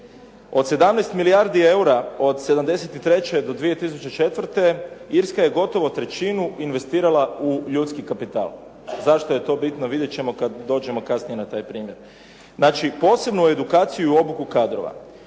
Od 17 milijardi eura od '73. do 2004. Irska je gotovo trećinu investirala u ljudski kapital. Zašto je to bitno vidjet ćemo kad dođemo kasnije na taj primjer. Znači, posebno u edukaciju i obuku kadrova.